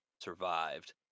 survived